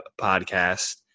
Podcast